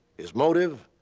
his motive,